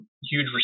huge